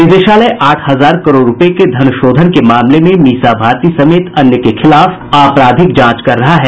निदेशालय आठ हजार करोड़ रुपये के धन शोधन के मामले में मीसा भारती समेत अन्य के खिलाफ आपराधिक जांच कर रहा है